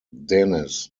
denis